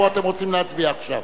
או אתם רוצים להצביע עכשיו?